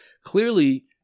Clearly